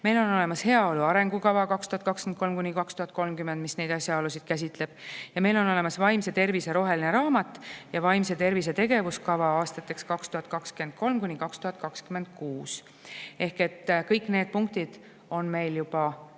Meil on olemas heaolu arengukava 2023–2030, mis neid asjaolusid käsitleb. Ja meil on olemas vaimse tervise roheline raamat ja vaimse tervise tegevuskava aastateks 2023–2026. Ehk kõik need punktid on meil juba